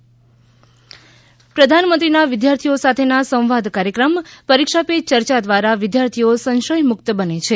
શાહબુદ્દીન રાઠોડ પ્રધાનમંત્રીના વિદ્યાર્થીઓ સાથેના સંવાદ કાર્યક્રમ પરીક્ષા પે ચર્ચા દ્વારા વિદ્યાર્થીઓ સંશયમુક્ત બને છે